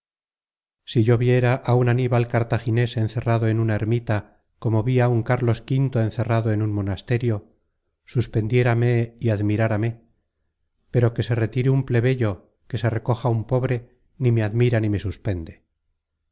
si yo viera á un aníbal cartagines encerrado en una ermita como vi á un cárlos v encerrado en un monasterio suspendiérame y ad content from google book search generated at mirárame pero que se retire un plebeyo que se recoja un pobre ni me admira ni me suspende